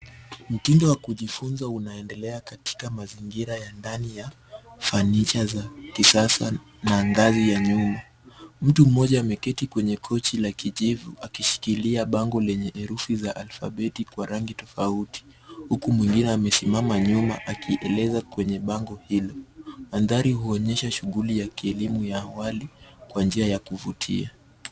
Mtindo wa kujifunza unaendelea katika mazingira ya ndani ya fanicha za kisasa na ngazi ya nyuma. Mtu mmoja ameketi kwenye kochi la kijivu akishikilia bango lenye herufi za alfabeti kwa rangi tofauti. Huku mwingine amesimama nyuma akieleza kwenye bango hili, mandhari huonyesha shughuli ya kielimu ya awali kwa njia ya kuvutia.